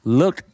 look